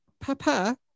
Papa